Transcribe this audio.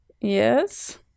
Yes